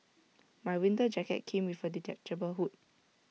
my winter jacket came with A detachable hood